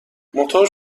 موتور